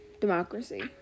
democracy